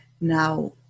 now